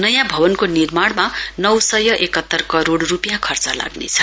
नयाँ भवनको निर्माणमा नौ सय एकात्तर करोड़ रूपियाँ खर्च लाग्नेछ